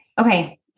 Okay